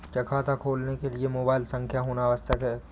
क्या खाता खोलने के लिए मोबाइल संख्या होना आवश्यक है?